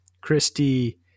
Christy